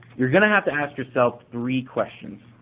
you're going to have to ask yourself three questions.